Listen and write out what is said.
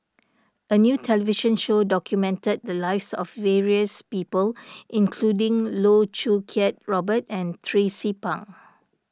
a new television show documented the lives of various people including Loh Choo Kiat Robert and Tracie Pang